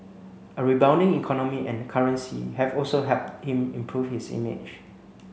a rebounding economy and currency have also helped him improve his image